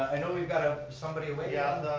i know we've got ah somebody away. yeah,